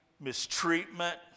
mistreatment